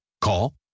Call